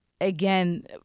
Again